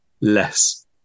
less